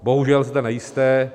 Bohužel zde nejste.